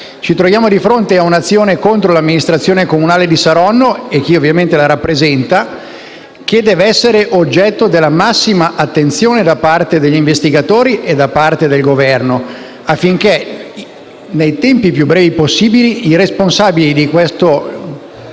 Ci troviamo di fronte ad un'azione contro l'amministrazione comunale di Saronno, e chi ovviamente la rappresenta, che deve essere oggetto della massima attenzione da parte degli investigatori e da parte del Governo affinché, nei tempi più brevi possibili, i responsabili di questo